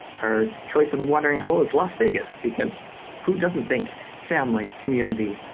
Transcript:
our choice of of watering hole is las vegas, because who doesn't think family, community,